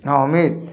ହଁ ଅମିତ୍